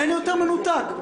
אין יותר מנותק מזה.